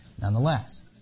nonetheless